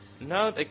No